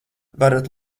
varat